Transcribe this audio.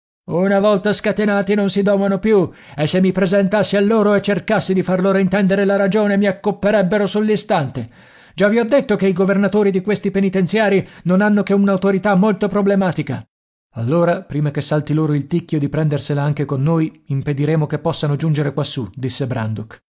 una volta scatenati non si domano più e se mi presentassi a loro e cercassi di far loro intendere la ragione mi accopperebbero sull'istante già vi ho detto che i governatori di questi penitenziari non hanno che un'autorità molto problematica allora prima che salti loro il ticchio di prendersela anche con noi impediremo che possano giungere quassù disse brandok